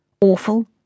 Awful